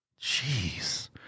Jeez